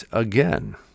again